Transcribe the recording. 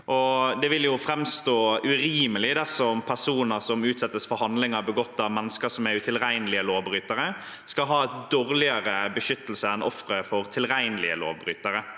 Det vil jo framstå som urimelig dersom personer som utsettes for handlinger begått av utilregnelige lovbrytere, skal ha dårligere beskyttelse enn ofre for tilregnelige lovbrytere.